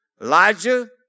Elijah